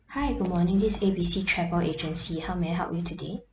hi good morning this is A B C travel agency how may I help you today